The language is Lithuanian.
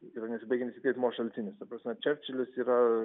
yra nesibaigiantis įkvėpimo šaltinis ta prasme čerčilis yra